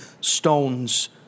stones